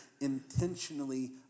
intentionally